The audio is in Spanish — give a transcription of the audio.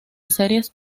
series